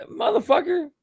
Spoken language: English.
motherfucker